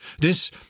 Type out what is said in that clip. This